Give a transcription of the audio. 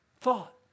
thought